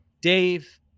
Dave